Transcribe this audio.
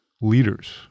leaders